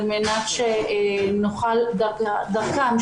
על מנת שנוכל להעביר את המסר דרכם,